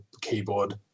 keyboard